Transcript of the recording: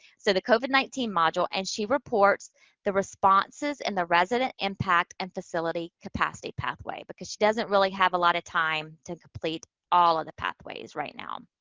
so, the covid nineteen module. and she reports the responses and the resident impact and facility capacity pathway, because she doesn't really have a lot of time to complete all of the pathways right now.